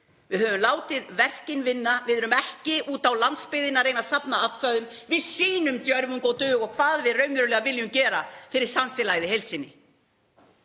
Við höfum látið verkin vinna. Við erum ekki úti á landsbyggðinni að reyna að safna atkvæðum. Við sýnum djörfung og dug og hvað við raunverulega viljum gera fyrir samfélagið í heild sinni.